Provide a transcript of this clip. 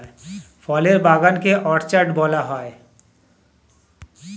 ফলের বাগান কে অর্চার্ড বলা হয়